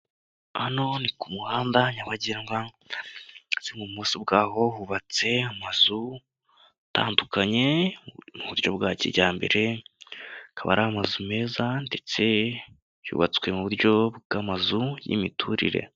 Hano ni ku muhanda nyabagendwa, ibumoso bwaho hubatse amazu atandukanye mu buryo bwa kijyambereba, akaba ari amazu meza ndetse yubatswe mu buryo bw'amazu y'imiturire.